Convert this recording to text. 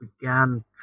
began